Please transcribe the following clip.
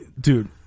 dude